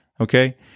Okay